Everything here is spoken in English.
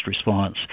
response